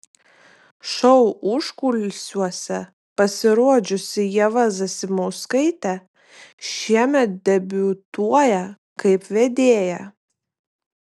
šou užkulisiuose pasirodžiusi ieva zasimauskaitė šiemet debiutuoja kaip vedėja